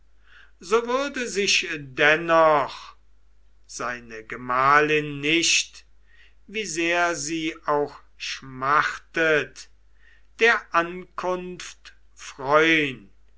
so würde sich dennoch seine gemahlin nicht wie sehr sie auch schmachtet der ankunft freun